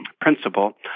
principle